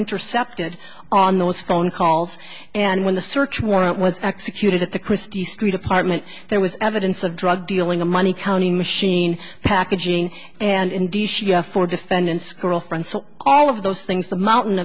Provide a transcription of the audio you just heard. intercepted on those phone calls and when the search warrant was executed at the christie street apartment there was evidence of drug dealing and money counting machine packaging and indeed for defendants girlfriend so all of those things the mountain